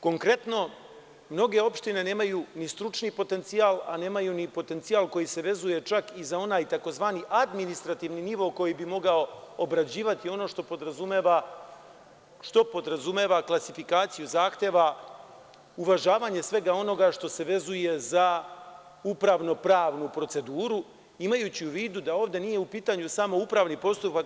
Konkretno, mnoge opštine nemaju ni stručni potencijal, a nemaju ni potencijal koji se vezuje čak i za onaj tzv. administrativni nivo koji bi mogao obrađivati ono što podrazumeva klasifikaciju zahteva, uvažavanje svega onoga što se vezuje za upravno-pravnu proceduru, imajući u vidu da ovde nije u pitanju samo upravni postupak.